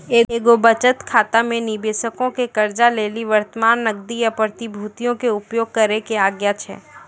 एगो बचत खाता मे निबेशको के कर्जा लेली वर्तमान नगदी या प्रतिभूतियो के उपयोग करै के आज्ञा छै